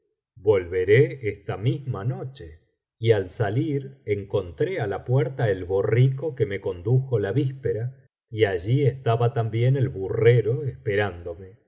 volveré esta misma noche y al salir encontré á la puerta el borrico que rae condujo la víspera y allí estaba también el burrero esperándome